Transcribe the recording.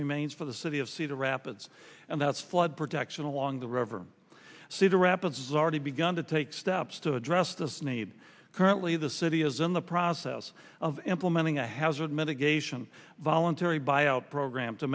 remains for the city of cedar rapids and that's flood protection along the river cedar rapids already begun to take steps to address this need currently the city is in the process of implementing a hazard mitigation voluntary buyout program to